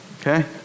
okay